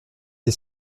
des